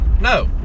No